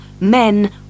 Men